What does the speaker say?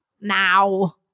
now